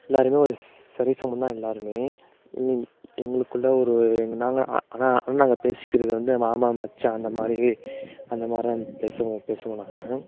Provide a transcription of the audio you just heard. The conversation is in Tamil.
எல்லோருமே ஒரு சரிசமம் தான் எல்லோருமே எங்களுக்குள்ளே ஒரு நாங்கள் ஆனா ஆனா நாங்கள் பேசிக்கிறது வந்து மாமா மச்சான் அந்த மாதிரி அந்த மாதிரி தான் பேசுவோம் பேசுவோம் நாங்கள்